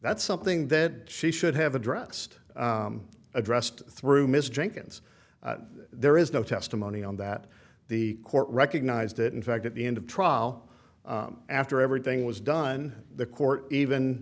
that's something that she should have addressed addressed through mr jenkins there is no testimony on that the court recognized that in fact at the end of trial after everything was done the court even